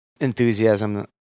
enthusiasm